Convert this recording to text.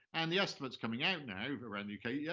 and the estimates coming out now around the uk, yeah,